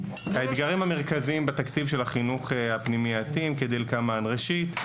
האתגרים המרכזיים בתקציב של החינוך הפנימייתי הם כדלקמן: ראשית,